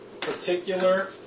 particular